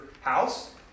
house